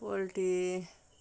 poultry